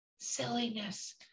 silliness